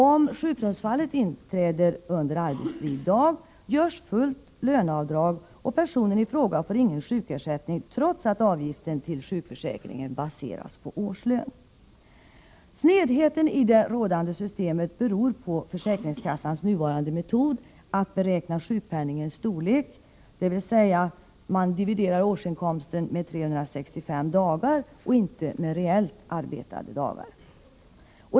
Om sjukdomsfallet inträffar under en arbetsfri dag, görs fullt löneavdrag, och personen i fråga får ingen sjukersättning, trots att avgiften till sjukförsäkringen baseras på årslön. Snedheten i det rådande systemet beror på försäkringskassans nuvarande metod att beräkna sjukpenningens storlek, dvs. man dividerar årsinkomsten med 365 och inte med antalet reellt arbetade dagar.